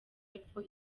y’epfo